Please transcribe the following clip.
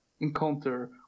encounter